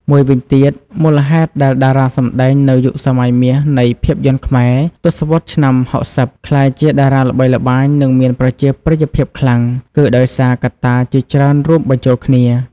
មួយវិញទៀត មូលហេតុដែលតារាសម្តែងនៅយុគសម័យមាសនៃភាពយន្តខ្មែរ ទសវត្សរ៍ឆ្នាំ៦០ ក្លាយជាតារាល្បីល្បាញនិងមានប្រជាប្រិយភាពខ្លាំង គឺដោយសារកត្តាជាច្រើនរួមបញ្ចូលគ្នា។